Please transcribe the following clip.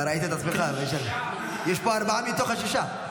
יש פה ארבעה מתוך השישה.